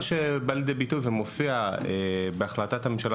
מה שבא לידי ביטוי ומופיע בהחלטת הממשלה